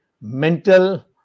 mental